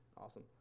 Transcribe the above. Awesome